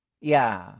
Yeah